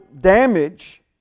damage